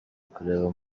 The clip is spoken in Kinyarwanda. kureba